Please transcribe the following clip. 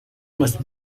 must